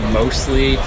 mostly